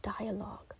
dialogue